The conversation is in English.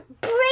break